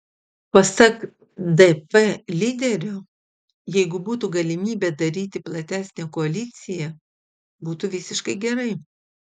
pasak dp lyderio jeigu būtų galimybė daryti platesnę koaliciją būtų visiškai gerai